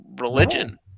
religion